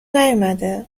نیومده